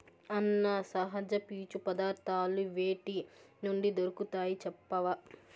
అన్నా, సహజ పీచు పదార్థాలు వేటి నుండి దొరుకుతాయి చెప్పవా